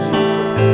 Jesus